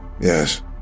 Yes